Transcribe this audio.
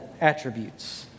attributes